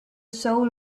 soul